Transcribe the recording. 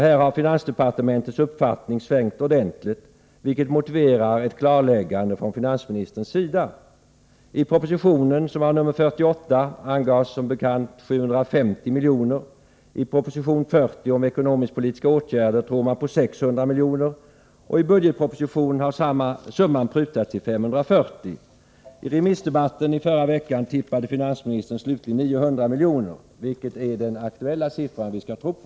Här har finansdepartementets uppfattning svängt ordentligt, vilket motiverar ett klarläggande från finansministerns sida. I proposition 48 anges som bekant beloppet 750 miljoner. I proposition 40 om ekonomisk-politiska åtgärder tror man på 600 miljoner, i budgetpropositionen har summan prutats till 540 miljoner och i den allmänpolitiska debatten i förra veckan tippade finansministern att den skulle bli 900 miljoner. Vilken är den summa som är aktuell och som vi skall tro på?